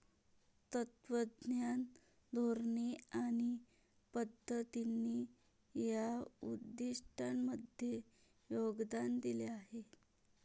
तत्त्वज्ञान, धोरणे आणि पद्धतींनी या उद्दिष्टांमध्ये योगदान दिले आहे